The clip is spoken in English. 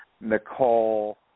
Nicole